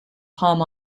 palm